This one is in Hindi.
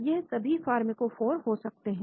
यह सभी फॉर्मकोफॉर हो सकते हैं